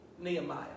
Nehemiah